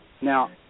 Now